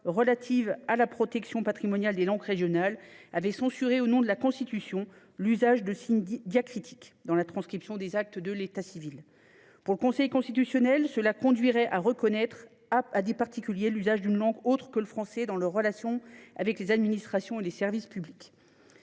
relative à la protection patrimoniale des langues régionales et à leur promotion avait censuré, au nom de la Constitution, l’usage de signes diacritiques dans la transcription des actes de l’état civil. Pour le Conseil constitutionnel, cela conduirait à reconnaître à des particuliers « l’usage d’une langue autre que le français » dans leurs relations avec les administrations et les services publics.